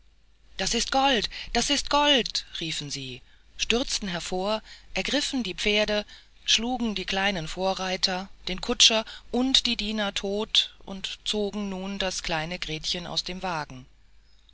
das ist gold das ist gold riefen sie stürzten hervor ergriffen die pferde schlugen die kleinen vorreiter den kutscher und die diener tot und zogen nun das kleine gretchen aus dem wagen